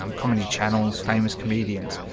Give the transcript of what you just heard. um comedy channels famous comedians.